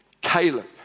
Caleb